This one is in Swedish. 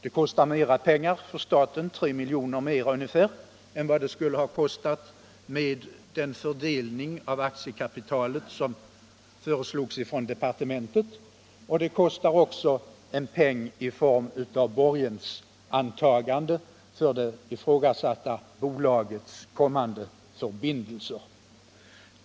Det kostar ungefär 3 miljoner mer för staten än det skulle ha kostat om man bestämt sig för den fördelning av aktiekapitalet som föreslogs av departementet, och det kostar också en peng i form av borgensåtagande för det ifrågasatta bolagets förbindelser.